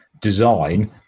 design